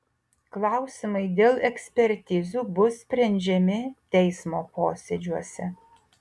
klausimai dėl ekspertizių bus sprendžiami teismo posėdžiuose